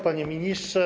Panie Ministrze!